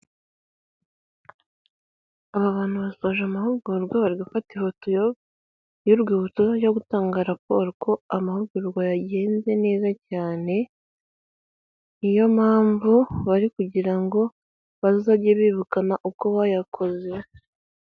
Aba bantu basoje amahugurwa bari gufata ifoto y'urwibutso yo gutanga raporo ko amahugurwa yagenze neza cyane, niyo mpamvu bari kugira ngo bazajye bibukana uko bayakoze.